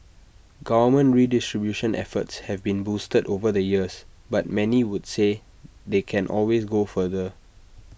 government redistribution efforts have been boosted over the years but many would say they can always go further